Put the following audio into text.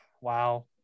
Wow